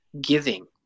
giving